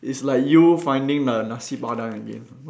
it's like you finding the Nasi-Padang again